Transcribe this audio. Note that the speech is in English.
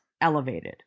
elevated